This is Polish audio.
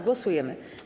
Głosujemy.